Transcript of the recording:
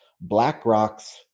BlackRock's